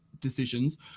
decisions